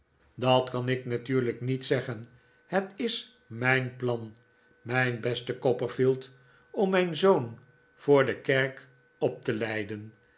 dat kan ik natuurlijk niet zeggen het is mijn plan mijn beste copperfield om afscheidvan de micawber's mijn zoon voor de kerk op te leideri